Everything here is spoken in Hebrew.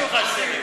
אני מבקש ממך שתלך.